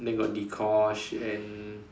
then got Dee-Kosh and